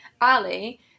ali